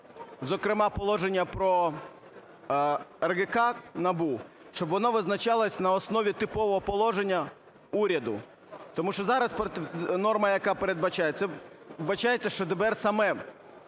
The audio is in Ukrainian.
зокрема, положення про РГК НАБУ, щоб воно визначалось на основі типового положення уряду. Тому що зараз норма, яка передбачається, це вбачається, що ДБР саме